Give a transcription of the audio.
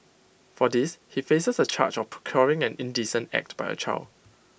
for this he faces A charge of procuring an indecent act by A child